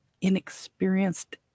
inexperienced